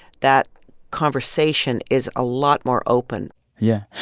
that conversation is a lot more open yeah.